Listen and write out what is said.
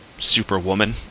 Superwoman